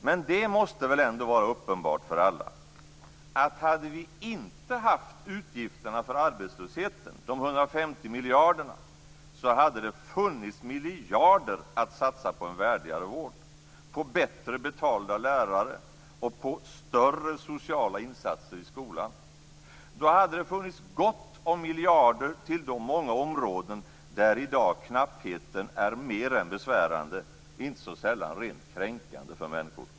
Med det måste väl ändå vara uppenbart för alla att hade vi inte haft utgifterna för arbetslösheten, de 150 miljarderna, så hade det funnits miljarder att satsa på en värdigare vård, på bättre betalda lärare och på större sociala insatser i skolan. Då hade det funnits gott om miljarder till de många områden där i dag knappheten är mer än besvärande, inte så sällan rent kränkande, för människor.